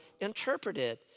interpreted